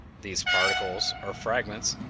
these particles, or fragments,